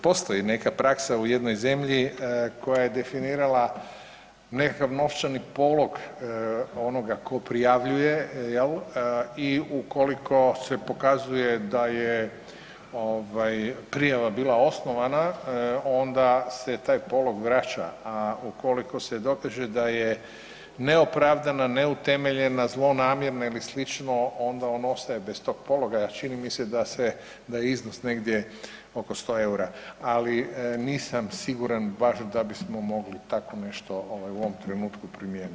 Postoji neka praksa u jednoj zemlji koja je definirala nekakav novčani polog onoga ko prijavljuje jel i ukoliko se pokazuje da je ovaj prijava bila osnovana onda se taj polog vraća, a ukoliko se dokaže da je neopravdana, neutemeljena, zlonamjerna ili slično onda on ostaje bez tog pologa, a čini mi se da je iznos negdje oko 100 EUR-a, ali nisam siguran baš da bismo mogli tako nešto ovaj u ovom trenutku primijeniti.